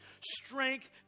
strength